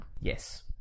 Yes